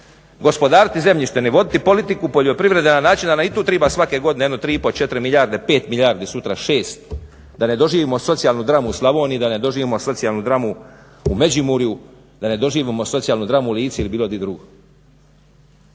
gospodariti zemljištem, voditi politiku poljoprivrede na način da nam i tu treba svake godine jedno tri i pol, četiri milijarde, pet milijardi, sutra šest da ne doživimo socijalnu dramu u Slavoniji, da ne doživimo socijalnu dramu u Međimurju, da ne doživimo socijalnu dramu u Lici ili bilo gdje drugo.